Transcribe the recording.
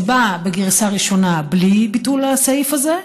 זה בא בגרסה ראשונה בלי ביטול הסעיף הזה,